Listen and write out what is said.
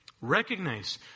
Recognize